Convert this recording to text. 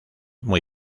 muy